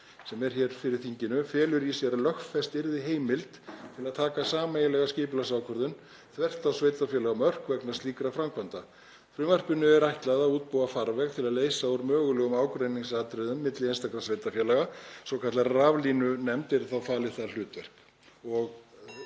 sem liggur hér fyrir þinginu, felur í sér að lögfest yrði heimild til að taka sameiginlega skipulagsákvörðun þvert á sveitarfélagamörk vegna slíkra framkvæmda. Frumvarpinu er ætlað að útbúa farveg til að leysa úr mögulegum ágreiningsatriðum milli einstakra sveitarfélaga, svokallaðri raflínunefnd yrði falið það hlutverk,